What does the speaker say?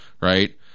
right